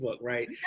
right